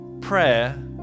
prayer